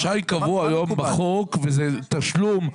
השי קבוע היום בחוק וזה תשלום.